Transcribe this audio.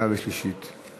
בעד, 24,